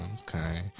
okay